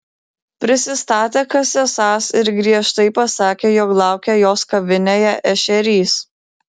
prisistatė kas esąs ir griežtai pasakė jog laukia jos kavinėje ešerys